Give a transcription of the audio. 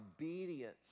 obedience